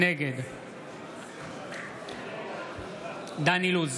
נגד דן אילוז,